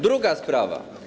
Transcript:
Druga sprawa.